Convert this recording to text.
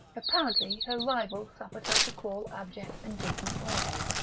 apparently her rival suffered her to crawl abject and beaten away.